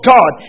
God